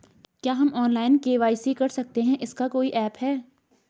क्या हम online KYC कर सकते हैं इसका कोई ऐप है?